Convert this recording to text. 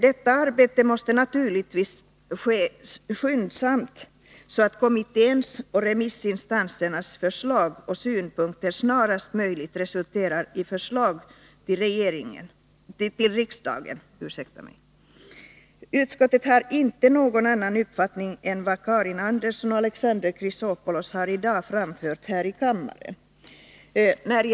Detta arbete måste naturligtvis ske skyndsamt, så att kommitténs och remissinstansernas förslag och synpunkter snarast möjligt resulterar i ett förslag till riksdagen. Utskottet har inte någon annan uppfattning än vad Karin Andersson och Alexander Chrisopoulos i dag har framfört här i kammaren.